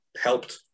helped